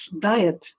diet